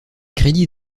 crédits